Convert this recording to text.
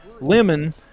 lemon